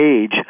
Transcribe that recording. age